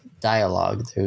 dialogue